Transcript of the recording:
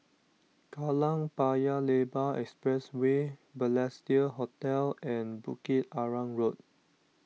Kallang Paya Lebar Expressway Balestier Hotel and Bukit Arang Road